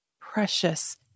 precious